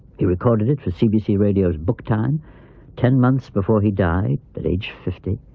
he recorded it for cbc radio's book time ten months before he died at age fifty,